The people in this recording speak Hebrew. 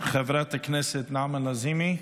חברת הכנסת נעמה לזימי,